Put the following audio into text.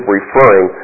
referring